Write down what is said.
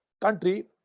country